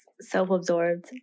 self-absorbed